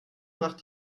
macht